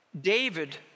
David